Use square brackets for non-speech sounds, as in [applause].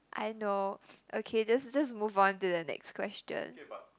I know [noise] okay just just move on to the next question